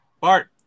bart